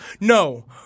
No